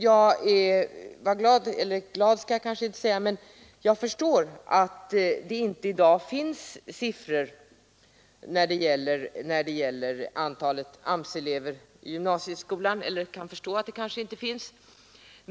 Jag kan förstå att det i dag inte finns några uppgifter om antalet AMS-elever i gymnasieskolan.